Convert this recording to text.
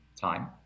time